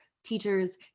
Teachers